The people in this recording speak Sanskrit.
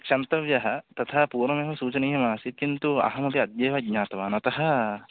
क्षन्तव्यः तथा पूर्वमेव सूचनीयमासीत् किन्तु अहमपि अद्यैव ज्ञातवान् अतः